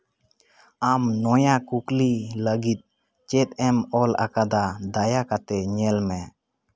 ᱟᱢ ᱱᱚᱣᱟ ᱠᱩᱠᱞᱤ ᱞᱟᱹᱜᱤᱫ ᱪᱮᱫ ᱮᱢ ᱚᱞ ᱟᱠᱟᱫᱟ ᱫᱟᱭᱟ ᱠᱟᱛᱮ ᱧᱮᱞ ᱢᱮ